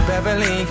Beverly